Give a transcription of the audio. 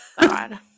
God